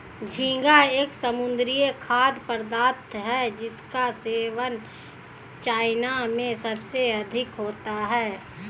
झींगा एक समुद्री खाद्य पदार्थ है जिसका सेवन चाइना में सबसे अधिक होता है